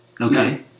Okay